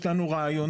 יש לנו רעיונות.